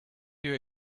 you